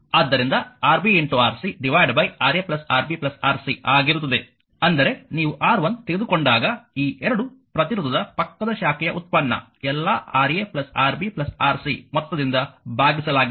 ಆದ್ದರಿಂದ RbRc Ra Rb Rc ಆಗಿರುತ್ತದೆ ಅಂದರೆ ನೀವು R1 ತೆಗೆದುಕೊಂಡಾಗ ಈ 2 ಪ್ರತಿರೋಧದ ಪಕ್ಕದ ಶಾಖೆಯ ಉತ್ಪನ್ನ ಎಲ್ಲಾ Ra Rb Rc ಮೊತ್ತದಿಂದ ಭಾಗಿಸಲಾಗಿದೆ